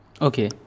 Okay